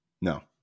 No